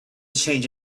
change